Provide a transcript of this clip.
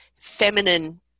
feminine